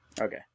Okay